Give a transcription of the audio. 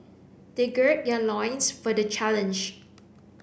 they gird their loins for the challenge